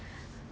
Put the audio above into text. must be clean